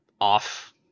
off